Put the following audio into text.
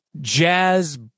jazz